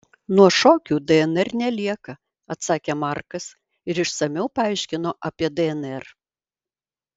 nuo šokių dnr nelieka atsakė markas ir išsamiau paaiškino apie dnr